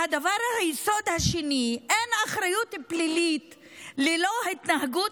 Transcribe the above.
היסוד השני: אין אחריות פלילית ללא התנהגות